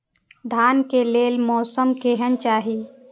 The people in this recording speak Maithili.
धान के लेल मौसम केहन चाहि?